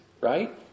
right